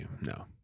no